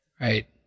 right